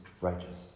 righteous